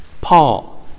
Paul